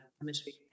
chemistry